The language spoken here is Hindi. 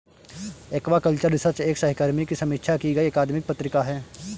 एक्वाकल्चर रिसर्च एक सहकर्मी की समीक्षा की गई अकादमिक पत्रिका है